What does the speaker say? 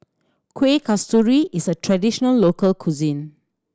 Kueh Kasturi is a traditional local cuisine